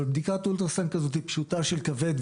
אבל בדיקת אולטרה-סאונד כזאת פשוטה של כבד,